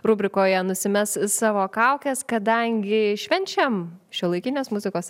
rubrikoje nusimes savo kaukes kadangi švenčiam šiuolaikinės muzikos